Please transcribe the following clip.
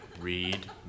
read